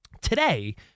Today